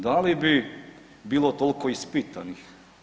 Da li bi bilo toliko ispitanih?